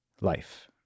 life